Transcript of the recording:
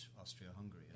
Austria-Hungary